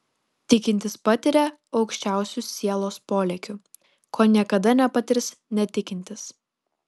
tikintis patiria aukščiausių sielos polėkių ko niekada nepatirs netikintis